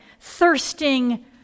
thirsting